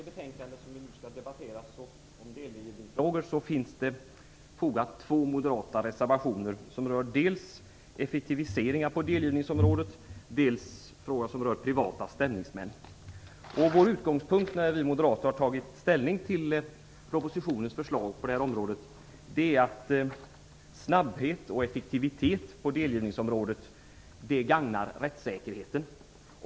Herr talman! Till det betänkande om delgivningsfrågor som vi nu skall debattera finns fogade två moderata reservationer, som rör dels effektiviseringar på delgivningsområdet, dels privata stämningsmän. Vår utgångspunkt när vi moderater har tagit ställning till propositionens förslag på det här området är att snabbhet och effektivitet på delgivningsområdet gagnar rättssäkerheten.